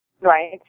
right